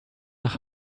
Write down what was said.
nach